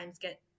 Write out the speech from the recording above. get